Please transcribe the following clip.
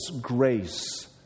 grace